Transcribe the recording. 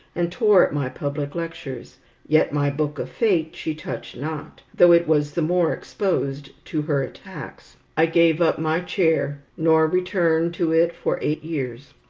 and tore at my public lectures yet my book of fate she touched not, though it was the more exposed to her attacks. i gave up my chair, nor returned to it for eight years.